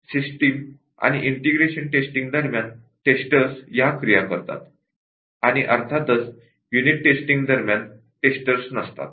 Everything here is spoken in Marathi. सिस्टम आणि ईंटेग्रेशन टेस्टिंग दरम्यान टेस्टर्स ह्या क्रिया करतात आणि अर्थातच युनिट टेस्टिंग दरम्यान टेस्टर्स नसतात